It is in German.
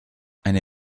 eine